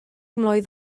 mlwydd